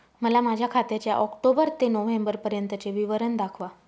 मला माझ्या खात्याचे ऑक्टोबर ते नोव्हेंबर पर्यंतचे विवरण दाखवा